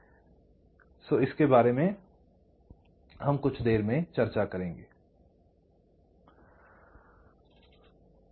यह कुछ ऐसा है जिस पर हम कुछ देर में चर्चा करेंगे अभी नहीं